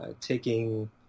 taking